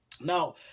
Now